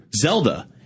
Zelda